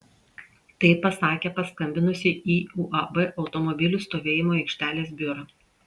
tai pasakė paskambinusi į uab automobilių stovėjimo aikštelės biurą